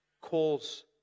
calls